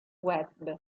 web